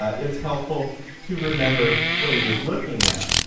ah it's helpful to remember what he was looking at.